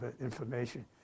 information